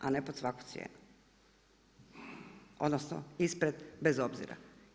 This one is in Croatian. A ne pod svaku cijenu odnosno ispred bez obzira.